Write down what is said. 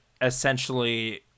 essentially